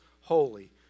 holy